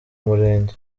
murenge